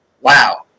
Wow